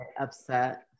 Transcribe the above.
upset